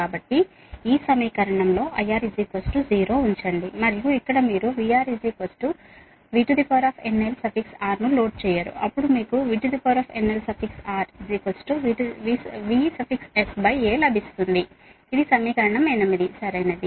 కాబట్టి ఈ సమీకరణంలో IR 0 ఉంచండి మరియు ఇక్కడ మీరు VR VRNL ను లోడ్ చేయరు అప్పుడు మీకు VRNL VSA లభిస్తుంది ఇది సమీకరణం 8 సరైనది